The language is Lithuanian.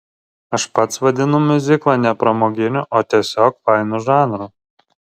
aš pats vadinu miuziklą ne pramoginiu o tiesiog fainu žanru